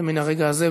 למן הרגע הזה.